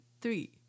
three